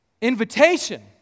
invitation